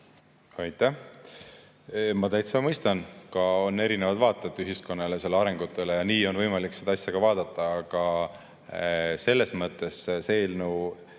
Ma täitsa mõistan. On erinevaid vaateid ühiskonnale ja selle arengutele ja nii on võimalik seda asja vaadata. Aga selle eelnõu